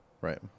right